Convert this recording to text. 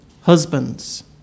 Husbands